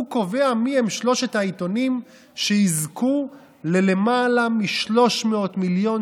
הוא קובע מיהם שלושת העיתונים שיזכו בלמעלה מ-300 מיליון